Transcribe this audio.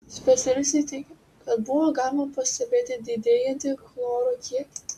specialistai teigė kad buvo galima pastebėti didėjantį chloro kiekį